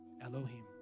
Elohim